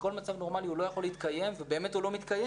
שבכל מצב נורמלי הוא לא יכול להתקיים ובאמת הוא לא מתקיים.